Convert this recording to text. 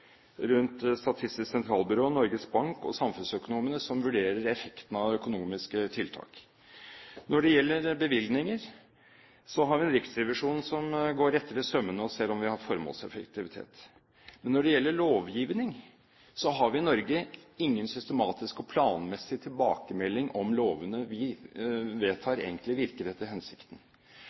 rundt Statistisk sentralbyrå, Norges Bank og samfunnsøkonomene som vurderer effekten av økonomiske tiltak. Når det gjelder bevilgninger, har vi Riksrevisjonen som går oss etter i sømmene, og ser om vi har formålseffektivitet. Men når det gjelder lovgivning, har vi i Norge ingen systematisk og planmessig tilbakemelding om lovene vi vedtar, egentlig virker etter hensikten.